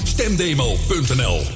Stemdemo.nl